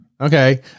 Okay